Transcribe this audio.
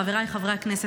חבריי חברי הכנסת,